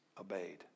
obeyed